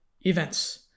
events